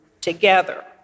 together